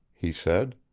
he said.